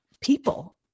people